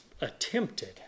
attempted